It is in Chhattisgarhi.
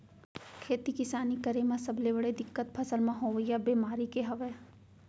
खेती किसानी करे म सबले बड़े दिक्कत फसल म होवइया बेमारी के हवय